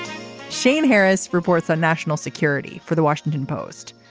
shane harris reports on national security for the washington post.